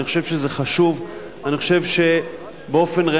אני חושב שזה חשוב.